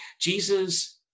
Jesus